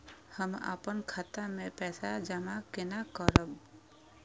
हम अपन खाता मे पैसा जमा केना करब?